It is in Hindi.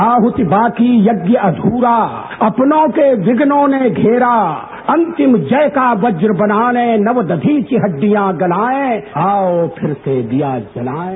आहूति बाकी यज्ञ अधूरा अपनों के विघ्नों ने घेरा अंतिम जय का वज बनाने नव दधिचि हड्डियां गलाएं आओ फिर से दिया जलाएं